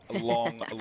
long